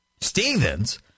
Stevens